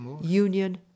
union